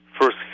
first